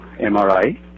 MRI